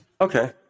Okay